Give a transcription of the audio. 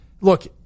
look